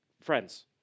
Friends